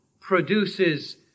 produces